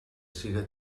siga